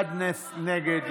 אחד נגד.